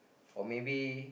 or maybe